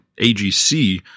AGC